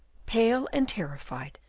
pale and terrified,